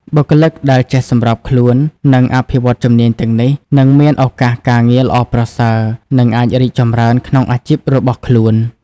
បុគ្គលិកដែលចេះសម្របខ្លួន និងអភិវឌ្ឍជំនាញទាំងនេះ នឹងមានឱកាសការងារល្អប្រសើរ និងអាចរីកចម្រើនក្នុងអាជីពរបស់ខ្លួន។